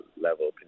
level